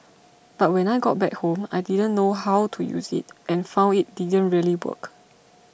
but when I got back home I didn't know how to use it and found it didn't really work